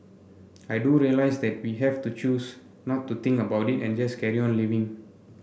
I do realise that we have to choose not to think about it and just carry on living